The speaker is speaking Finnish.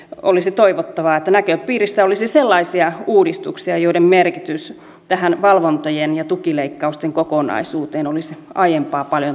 olisi toivottavaa että näköpiirissä olisi sellaisia uudistuksia joiden merkitys tähän valvontojen ja tukileikkausten kokonaisuuteen olisi aiempaa paljon tehokkaampi